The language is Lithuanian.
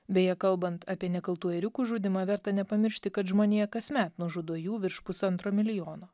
beje kalbant apie nekaltų ėriukų žudymą verta nepamiršti kad žmonija kasmet nužudo jų virš pusantro milijono